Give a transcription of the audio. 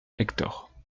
hector